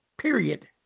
Period